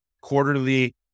quarterly